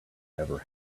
never